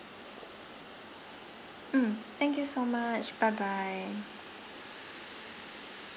mm thank you so much bye bye